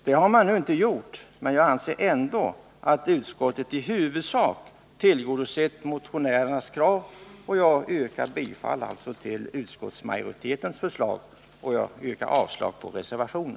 Det har utskottet nu inte gjort, men jag anser ändå att utskottet i huvudsak har tillgodosett motionä rernas krav, och jag yrkar därför bifall till utskottets hemställan och avslag på Nr 33